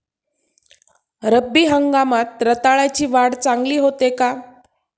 रब्बी हंगामात रताळ्याची वाढ चांगली होते का?